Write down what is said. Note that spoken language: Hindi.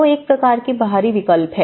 जो एक प्रकार का बाहरी विकल्प है